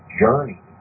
journey